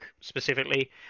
specifically